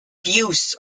fuse